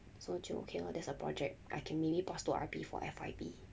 so 就 okay lor there's a project I can maybe pass to R_P for F_I_B